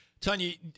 Tonya